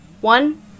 One